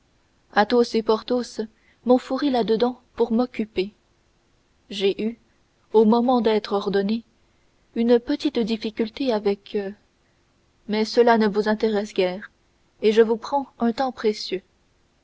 croyez-moi athos et porthos m'ont fourré là-dedans pour m'occuper j'ai eu au moment d'être ordonné une petite difficulté avec mais cela ne vous intéresse guère et je vous prends un temps précieux